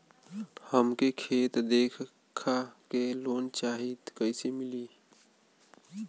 हमके खेत देखा के लोन चाहीत कईसे मिली?